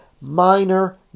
minor